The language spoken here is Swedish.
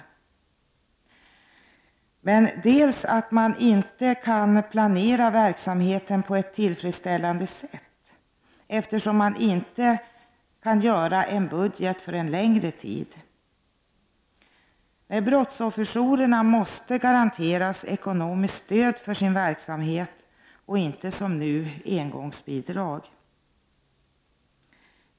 Vidare innebär den osäkra finansieringen att man inte kan planera verksamheten på ett tillfredsställande sätt. Man kan inte göra upp en budget för en längre tid. Brottsofferjourerna måste således garanteras ekonomiskt stöd för sin verksamhet. Det får inte vara som nu, att man får engångsbidrag.